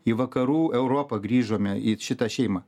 į vakarų europą grįžome į šitą šeimą